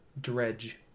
Dredge